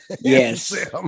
yes